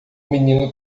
menino